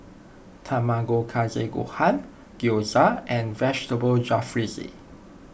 Tamago Kake Gohan Gyoza and Vegetable Jalfrezi